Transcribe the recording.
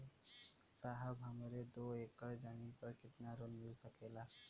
साहब हमरे दो एकड़ जमीन पर कितनालोन मिल सकेला?